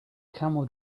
camel